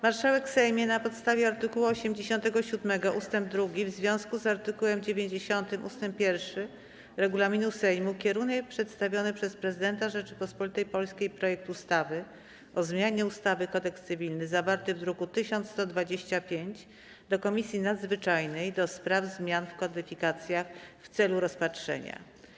Marszałek Sejmu na podstawie art. 87 ust. 2, w związku z art. 90 ust. 1 regulaminu Sejmu, kieruje przedstawiony przez prezydenta Rzeczypospolitej Polskiej projekt ustawy o zmianie ustawy - Kodeks cywilny, zawarty w druku nr 1125, do Komisji Nadzwyczajnej do spraw zmian w kodyfikacjach w celu rozpatrzenia.